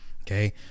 Okay